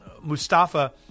Mustafa